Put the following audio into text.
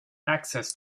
access